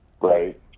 right